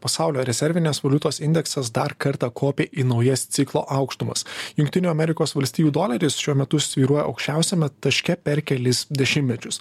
pasaulio rezervinės valiutos indeksas dar kartą kopė į naujas ciklo aukštumas jungtinių amerikos valstijų doleris šiuo metu svyruoja aukščiausiame taške per kelis dešimtmečius